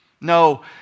No